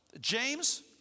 James